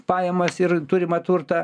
pajamas ir turimą turtą